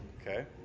okay